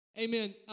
amen